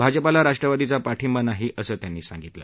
भाजपाला राष्ट्रवादीचा पाठिंबा नाही असं ते म्हणाले